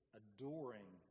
adoring